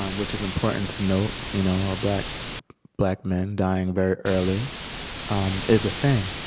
um which is important to note you know ah black black men dying very early um is a thing.